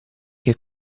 che